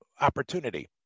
opportunity